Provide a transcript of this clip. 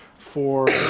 for